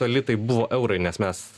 litai buvo eurai nes mes